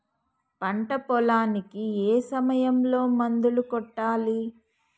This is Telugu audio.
పంట పొలానికి ఏ సమయంలో మందులు కొట్టాలి?